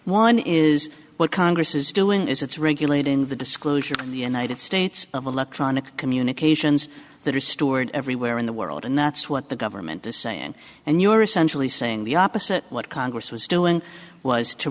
one is what congress is doing is it's regulating the disclosure of united states of alectryon a communications that are stored everywhere in the world and that's what the government is saying and you're essentially saying the opposite what congress was doing was to